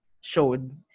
showed